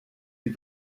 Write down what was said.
die